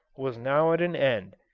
was now at an end,